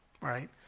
right